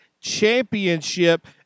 championship